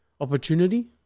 opportunity